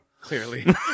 Clearly